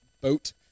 Boat